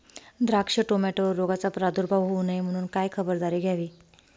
द्राक्ष, टोमॅटोवर रोगाचा प्रादुर्भाव होऊ नये म्हणून काय खबरदारी घ्यावी?